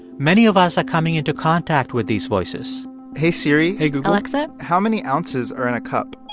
many of us are coming into contact with these voices hey, siri hey, google alexa? how many ounces are in a cup?